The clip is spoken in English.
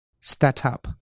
Startup